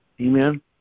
amen